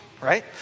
right